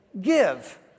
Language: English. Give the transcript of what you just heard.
give